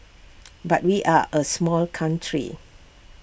but we are A small country